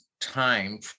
time